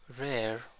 rare